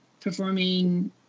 performing